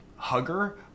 hugger